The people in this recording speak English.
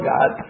God